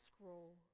scroll